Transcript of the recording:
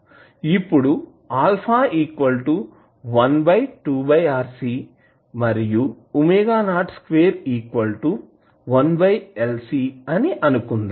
ఇప్పుడు α 12RC మరియు ⍵02 1LC అని అనుకుందాం